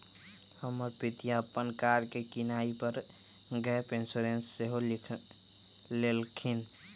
हमर पितिया अप्पन कार के किनाइ पर गैप इंश्योरेंस सेहो लेलखिन्ह्